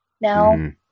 now